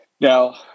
now